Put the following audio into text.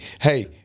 Hey